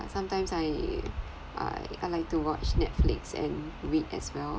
sometimes I I I like to watch netflix and read as well